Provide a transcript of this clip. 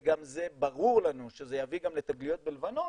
וגם זה ברור לנו שזה יביא לתגליות גם בלבנון,